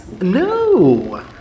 No